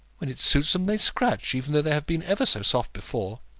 when it suits them, they scratch, even though they have been ever so soft before.